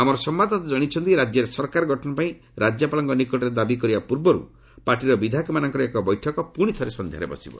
ଆମର ସମ୍ଭାଦଦାତା ଜଣାଇଛନ୍ତି ରାଜ୍ୟରେ ସରକାର ଗଠନ ପାଇଁ ରାଜ୍ୟପାଳଙ୍କ ନିକଟରେ ଦାବି କରିବା ପୂର୍ବରୁ ପାର୍ଟିର ବିଧାୟକମାନଙ୍କର ଏକ ବୈଠକ ପୁଣି ଥରେ ସନ୍ଧ୍ୟାରେ ବସିବ